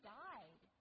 died